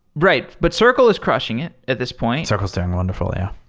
right. but circle is crushing it at this point circle is doing wonderful, yeah.